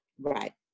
Right